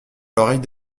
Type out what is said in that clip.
l’oreille